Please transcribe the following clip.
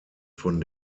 von